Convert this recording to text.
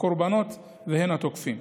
הן לקורבנות והן לתוקפים,